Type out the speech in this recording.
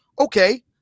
okay